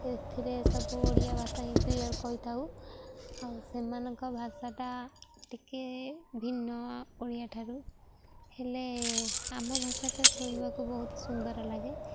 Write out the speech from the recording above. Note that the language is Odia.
ଏଥିରେ ସବୁ ଓଡ଼ିଆ ଭାଷା ହିଁ କ୍ଲିଅର କହିଥାଉ ଆଉ ସେମାନଙ୍କ ଭାଷାଟା ଟିକେ ଭିନ୍ନ ଓଡ଼ିଆଠାରୁ ହେଲେ ଆମ ଭାଷାଟା ଶୁଣିବାକୁ ବହୁତ ସୁନ୍ଦର ଲାଗେ